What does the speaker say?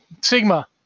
Sigma